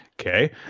Okay